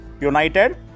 United